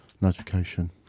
notification